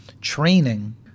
training